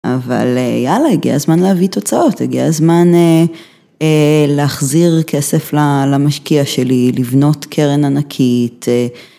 אבל יאללה, הגיע הזמן להביא תוצאות, הגיע הזמן להחזיר כסף למשקיע שלי, לבנות קרן ענקית.